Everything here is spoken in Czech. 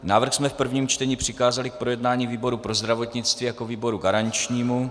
Návrh jsme v prvním čtení přikázali k projednání výboru pro zdravotnictví jako výboru garančnímu.